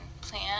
plan